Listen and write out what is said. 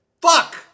fuck